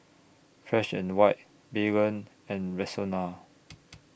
Fresh and White Baygon and Rexona